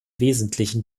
wesentlichen